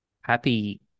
Happy